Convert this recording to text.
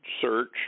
search